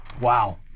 Wow